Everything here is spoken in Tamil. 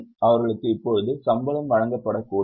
அவர்களுக்கு இப்போது சம்பளம் வழங்கப்படக்கூடாது